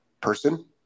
person